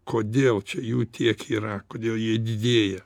kodėl čia jų tiek yra kodėl jie didėja